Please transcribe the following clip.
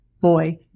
boy